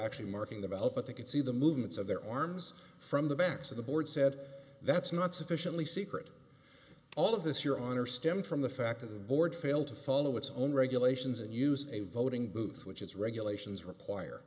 actually marking the ballot but they could see the movements of their arms from the backs of the board said that's not sufficiently secret all of this your honor stemmed from the fact of the board failed to follow its own regulations and used a voting booth which is regulations require